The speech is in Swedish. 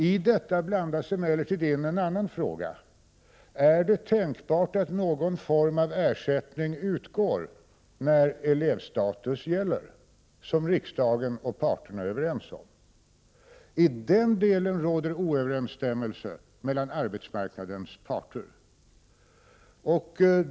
I detta blandas emellertid in en annan fråga: Är det tänkbart att någon form av ersättning utgår när elevstatus gäller, som riksdagen och parterna är överens om? I den delen råder oöverensstämmelse mellan arbetsmarknadens parter.